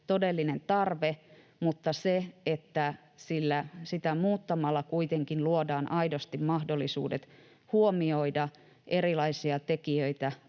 todellinen tarve, mutta se, että sitä muuttamalla kuitenkin luodaan aidosti mahdollisuudet huomioida erilaisia tekijöitä